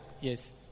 Yes